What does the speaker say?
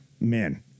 men